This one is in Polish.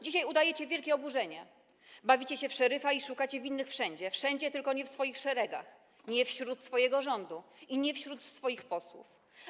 Dzisiaj udajecie wielkie oburzenie, bawicie się w szeryfa i szukacie winnych wszędzie - wszędzie, tylko nie w swoich szeregach, nie w swoim rządzie i nie wśród swoich posłów.